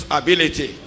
ability